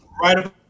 Right